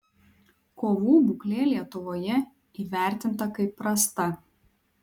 kovų būklė lietuvoje įvertinta kaip prasta